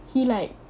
he like